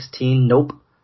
nope